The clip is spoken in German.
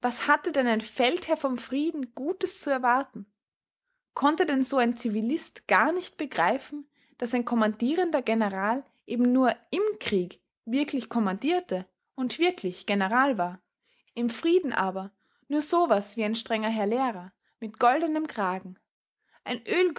hatte denn ein feldherr vom frieden gutes zu erwarten konnte denn so ein zivilist gar nicht begreifen daß ein kommandierender general eben nur im krieg wirklich kommandierte und wirklich general war im frieden aber nur so was wie ein strenger herr lehrer mit goldenem kragen ein